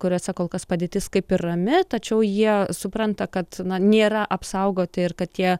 kuriose kol kas padėtis kaip ir rami tačiau jie supranta kad na nėra apsaugoti ir kad tie